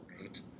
right